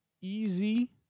easy